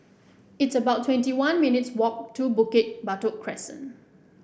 it's about twenty one minutes' walk to Bukit Batok Crescent